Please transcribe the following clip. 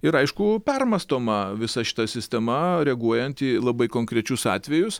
ir aišku permąstoma visa šita sistema reaguojanti į labai konkrečius atvejus